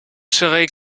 serais